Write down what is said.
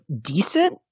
decent